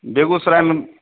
बेगूसराय में